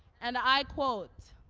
and i quote,